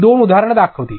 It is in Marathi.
मी दोन उदाहरणे दाखवते